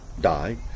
die